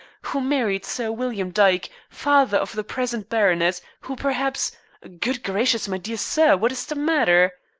who married sir william dyke, father of the present baronet, who perhaps good gracious, my dear sir, what is the matter?